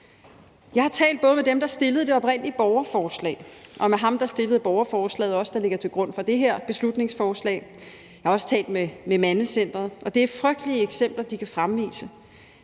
Jeg har både talt med dem, der stillede det oprindelige borgerforslag, og med ham, der stillede borgerforslaget, der ligger til grund for det her beslutningsforslag, og jeg har også talt med Mandecentret, og det er frygtelige eksempler, de kan fremvise.